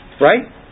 Right